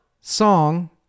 song